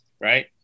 right